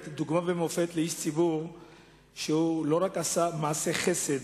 דוגמה ומופת לאיש ציבור שלא רק עשה מעשי חסד